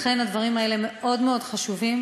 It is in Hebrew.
לכן, הדברים האלה מאוד מאוד חשובים.